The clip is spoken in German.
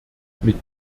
mit